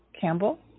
Campbell